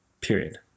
period